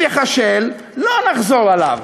אם ייכשל, לא נחזור עליו.